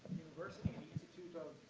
university, the institute of,